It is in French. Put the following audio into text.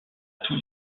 tous